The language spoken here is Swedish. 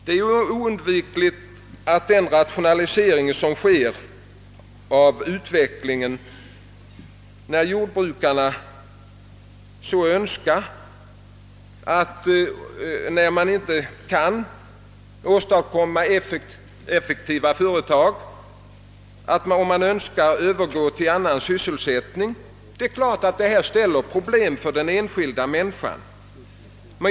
Det är oundvikligt att det uppstår problem för den enskilda människan när den rationalisering som genomförs inom jordbruket medför att jordbrukaren övergår till annan sysselsättning då hans företag inte längre är effektivt.